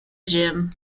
gym